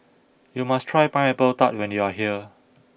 you must try Pineapple Tart when you are here